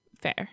Fair